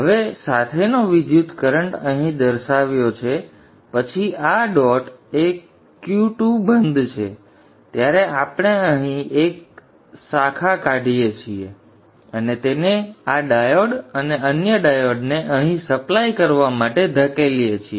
હવે સાથેનો વિદ્યુતકરન્ટ અહીં દર્શાવ્યો છે પછી આ ડોટએ Q2 બંધ છે ત્યારે આપણે અહીં એક શાખા કાઢીએ છીએ અને તેને આ ડાયોડ અને અન્ય ડાયોડને અહીં સપ્લાય કરવા માટે ધકેલીએ છીએ